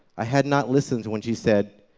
i had not listened when she said,